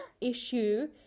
issue